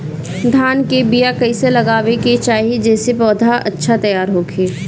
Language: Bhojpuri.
धान के बीया कइसे लगावे के चाही जेसे पौधा अच्छा तैयार होखे?